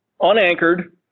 unanchored